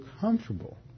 comfortable